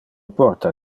porta